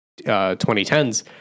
2010s